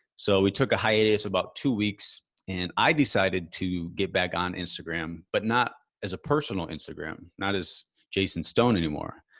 so we took a hiatus about two weeks and i decided to get back on instagram, but not as a personal instagram, not as jason stone anymore.